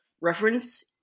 reference